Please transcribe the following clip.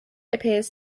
appears